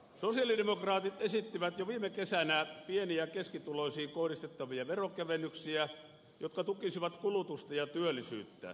sosialidemokraatit esittivät jo viime kesänä pieni ja keskituloisiin kohdistettavia veronkevennyksiä jotka tukisivat kulutusta ja työllisyyttä